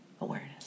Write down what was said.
awareness